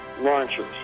launches